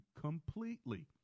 completely